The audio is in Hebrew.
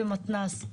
במתנ"ס.